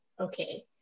Okay